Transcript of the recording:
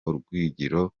urugwiro